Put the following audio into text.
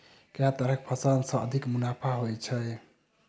केँ तरहक फसल सऽ अधिक मुनाफा होइ छै?